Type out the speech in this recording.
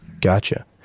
Gotcha